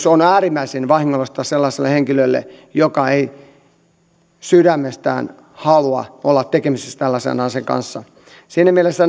on äärimmäisen vahingollista sellaiselle henkilölle joka ei sydämestään halua olla tekemisissä tällaisen asian kanssa siinä mielessä